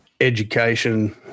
education